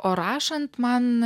o rašant man